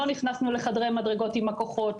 לא נכנסו לחדרי מדרגות עם הכוחות,